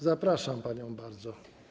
Zapraszam panią bardzo.